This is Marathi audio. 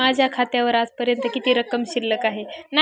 माझ्या खात्यावर आजपर्यंत किती रक्कम शिल्लक आहे?